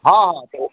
हॅं हॅं तऽ